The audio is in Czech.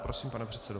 Prosím, pane předsedo.